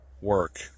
work